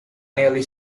nearly